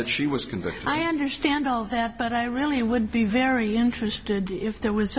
that she was can go i understand all that but i really would be very interested if there was